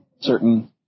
certain